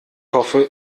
hoffe